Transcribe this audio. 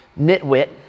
nitwit